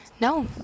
No